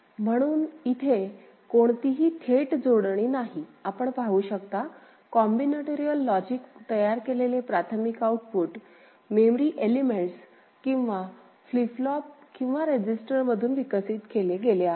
म्हणून इथे कोणतीही थेट जोडणी नाही आपण पाहू शकता कॉम्बिनेटोरिअल लॉजिकमधून तयार केलेले प्राथमिक आउटपुट मेमरी एलिमेंट्स किंवा फ्लिप फ्लॉप किंवा रेजिस्टर मधून विकसित केले गेले आहे